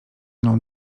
mną